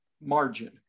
margin